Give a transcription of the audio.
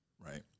right